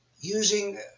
using